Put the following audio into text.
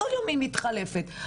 כל יום מישהי אחרת מגיעה